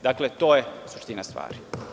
Dakle, to je suština stvari.